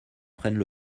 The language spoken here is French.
prennent